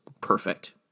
perfect